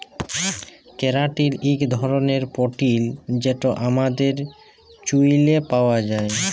ক্যারাটিল ইক ধরলের পোটিল যেট আমাদের চুইলে পাউয়া যায়